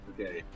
Okay